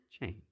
change